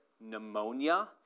pneumonia